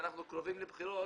שאנחנו קרובים לבחירות,